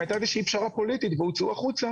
הייתה איזה שהיא פשרה פוליטית והם הוצאו החוצה